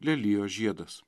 lelijos žiedas